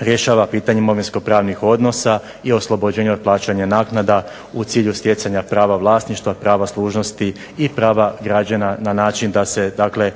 rješava pitanje imovinskopravnih odnosa i oslobođenje od plaćanja naknada u cilju stjecanja prava vlasništva, prava služnosti i prava građana na način da se RH